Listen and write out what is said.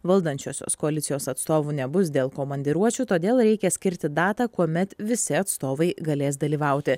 valdančiosios koalicijos atstovų nebus dėl komandiruočių todėl reikia skirti datą kuomet visi atstovai galės dalyvauti